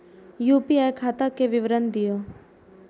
UPI खाता के विवरण दिअ?